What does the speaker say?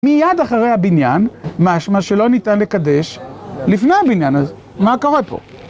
מיד אחרי הבניין, מה שלא ניתן לקדש לפני הבניין, אז מה קורה פה?